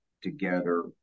together